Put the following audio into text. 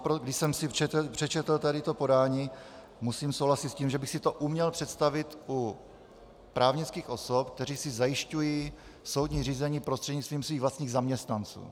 Když jsem si přečetl toto podání, musím souhlasit s tím, že bych si to uměl představit u právnických osob, které si zajišťují soudní řízení prostřednictvím svých vlastních zaměstnanců.